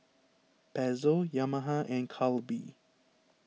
Pezzo Yamaha and Calbee